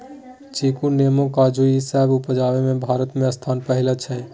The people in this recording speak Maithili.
चीकू, नेमो, काजू ई सब उपजाबइ में भारत के स्थान पहिला छइ